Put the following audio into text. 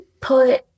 put